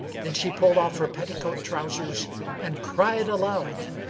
then she pulled off her petticoat-trousers and cried aloud,